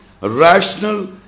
rational